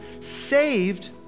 saved